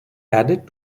added